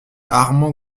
armand